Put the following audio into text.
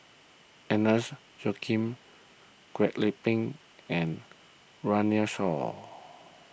Agnes Joaquim Kwek Leng Beng and Runme Shaw